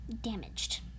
damaged